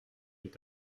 est